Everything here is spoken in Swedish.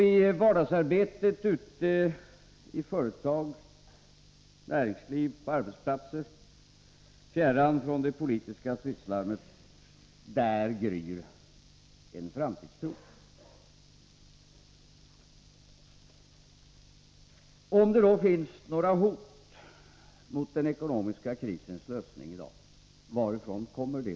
I vardagsarbetet ute i näringslivet, i företag och på arbetsplatser, fjärran från det politiska stridslarmet, gryr en framtidstro. Om det då finns några hot mot den ekonomiska krisens lösning i dag, varifrån kommer de?